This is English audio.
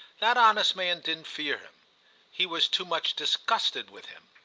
that honest man didn't fear him he was too much disgusted with him.